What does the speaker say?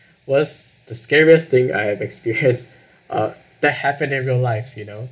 was the scariest thing I have experienced uh that happened in real life you know